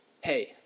Hey